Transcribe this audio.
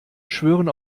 schwören